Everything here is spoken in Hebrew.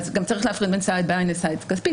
גם צריך להפריד בין סעד בעין לסעד כספי.